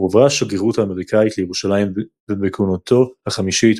הועברה השגרירות האמריקאית לירושלים ובכהונתו החמישית,